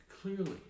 clearly